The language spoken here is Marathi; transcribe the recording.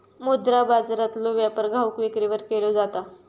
मुद्रा बाजारातलो व्यापार घाऊक विक्रीवर केलो जाता